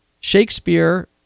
Shakespeare